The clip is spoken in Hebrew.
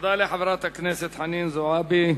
לחברת הכנסת חנין זועבי.